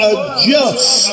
Adjust